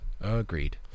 Agreed